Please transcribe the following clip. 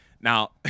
Now